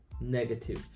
negative